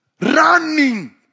running